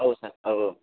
औ सार औ औ